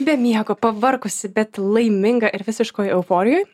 be miego pavargusi bet laiminga ir visiškoj euforijoj